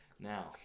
Now